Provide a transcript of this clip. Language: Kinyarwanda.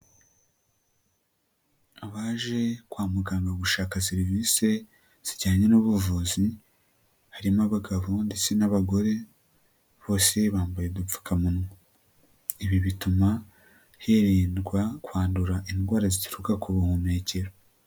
abaje kwa muganga gushaka serivise zijyanye n'ubuvuzi, harimo abagabo ndetse n'abagore, bose bambaye udupfukamunwa, ibi bituma hirindwa kwandura indwara zituruka ku buhumekero.